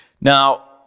Now